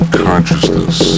consciousness